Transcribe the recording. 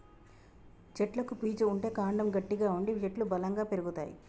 చెట్లకు పీచు ఉంటే కాండము గట్టిగా ఉండి చెట్లు బలంగా పెరుగుతాయి